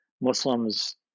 Muslims